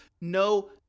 no